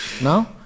No